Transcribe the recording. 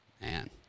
Man